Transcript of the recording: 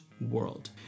world